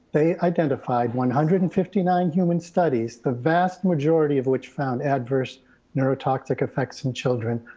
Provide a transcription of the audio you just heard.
they identified one hundred and fifty nine human studies, the vast majority of which found adverse neurotoxic effects in children,